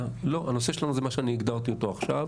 לא, הנושא שלנו זה מה שאני הגדרתי אותו עכשיו.